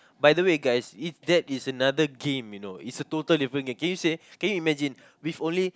by the way guys if that is another game you know it's a total different game can you say can you imagine with only